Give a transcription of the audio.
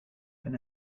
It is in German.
wenn